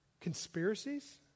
Conspiracies